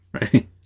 Right